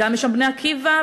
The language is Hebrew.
יש שם "בני עקיבא",